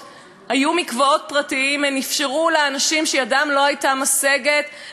הן אפשרו לנשים שידן לא הייתה משגת לבוא ולטבול בתוך הבית.